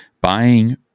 Buying